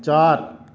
चारि